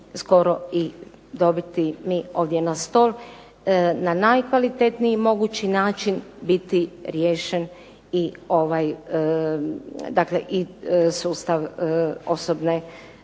i dobiti mi ovdje na stol na najkvalitetniji mogući način biti riješen i ovaj, dakle